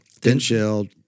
Thin-shelled